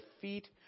feet